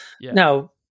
Now